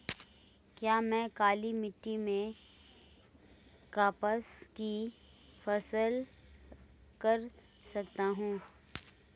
क्या मैं काली मिट्टी में कपास की फसल कर सकता हूँ?